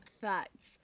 facts